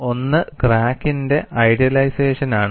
ഒന്ന് ക്രാക്കിന്റെ ഐഡിയലൈസേഷൻ ആണ്